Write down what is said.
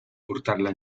portarla